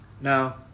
now